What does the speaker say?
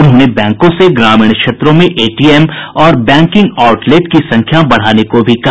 उन्होंने बैंकों से ग्रामीण क्षेत्रों में एटीएम और बैंकिंग आउट लेट की संख्या बढ़ाने को भी कहा